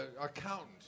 accountant